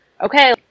okay